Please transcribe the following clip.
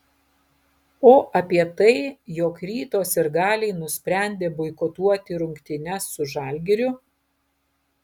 o apie tai jog ryto sirgaliai nusprendė boikotuoti rungtynes su žalgiriu